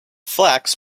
flax